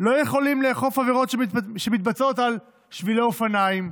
לא יכולים לאכוף עבירות שמתבצעות על שבילי אופניים,